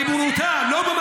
ריבונותה לא מעורערת.